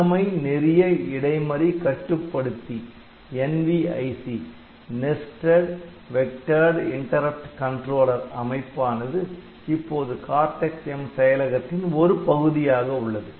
உள்ளமை நெறிய இடைமறி கட்டுப்படுத்தி அமைப்பானது இப்போது Cortex M செயலகத்தின் ஒரு பகுதியாக உள்ளது